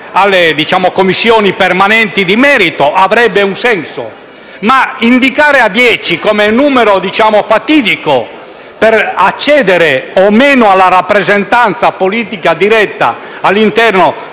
delle Commissioni permanenti di merito, avrebbe un senso; ma indicare dieci come numero fatidico per accedere o no alla rappresentanza politica diretta all'interno